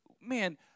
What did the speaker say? man